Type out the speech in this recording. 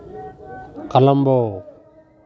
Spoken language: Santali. ᱠᱚᱞᱚᱢᱵᱳ